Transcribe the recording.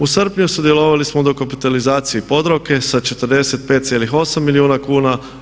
U srpnju sudjelovali smo u dokapitalizaciji Podravke sa 45,8 milijuna kuna.